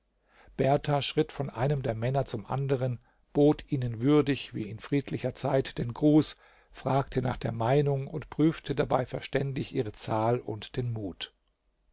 berthar schritt von einem der männer zum anderen bot ihnen würdig wie in friedlicher zeit den gruß fragte nach der meinung und prüfte dabei verständig ihre zahl und den mut